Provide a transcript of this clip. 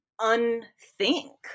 unthink